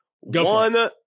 One